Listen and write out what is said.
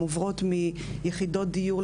מעוברות מיחידות דיור,